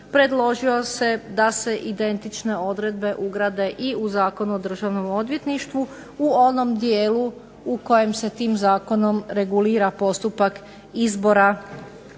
Predložilo se da se identične odredbe ugrade i u Zakon o Državom odvjetništvu u onom dijelu u kojem se tim zakonom regulira postupak izbora